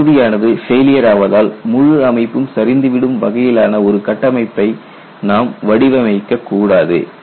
ஒரு பகுதியானது ஃபெயிலியர் ஆவதால் முழு அமைப்பும் சரிந்துவிடும் வகையிலான ஒரு கட்டமைப்பை நாம் வடிவமைக்க கூடாது